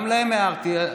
גם להם הערתי.